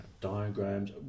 Diagrams